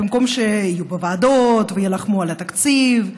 במקום שיהיו בוועדות ויילחמו על התקציב,